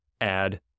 add